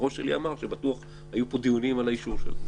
הראש שלי אמר שבטוח היו פה דיונים על האישור שלהן.